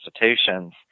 institutions